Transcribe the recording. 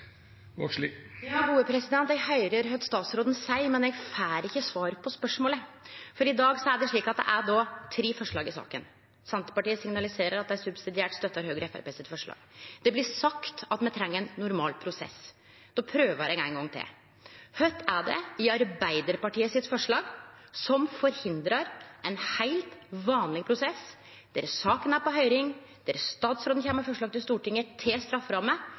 Eg høyrer kva statsråden seier, men eg får ikkje svar på spørsmålet. I dag er det slik at det er tre forslag i saka. Senterpartiet signaliserer at dei subsidiært støttar forslaget frå Høgre og Framstegspartiet. Det blir sagt at me treng ein normal prosess. Då prøver eg ein gong til: Kva er det i forslaget frå Arbeidarpartiet som forhindrar ein heilt vanleg prosess, der saka er på høyring, der statsråden kjem med forslag til Stortinget til strafferamme?